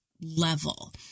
level